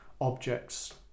objects